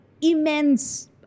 immense